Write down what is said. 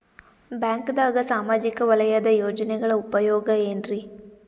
ಬ್ಯಾಂಕ್ದಾಗ ಸಾಮಾಜಿಕ ವಲಯದ ಯೋಜನೆಗಳ ಉಪಯೋಗ ಏನ್ರೀ?